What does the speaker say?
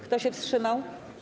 Kto się wstrzymał?